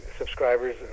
subscribers